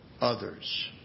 others